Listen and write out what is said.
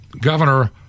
Governor